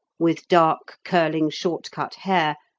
with dark, curling, short-cut hair,